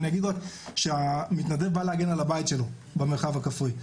אני אגיד רק שהמתנדב בא להגן על הבית שלו במרחב הכפרי,